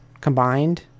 combined